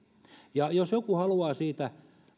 ja jos joku haluaa siitä